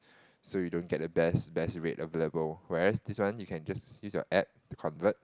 so you don't get the best best rate available whereas this one you can just use your App to convert